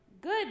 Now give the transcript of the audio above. Good